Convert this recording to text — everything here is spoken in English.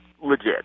legit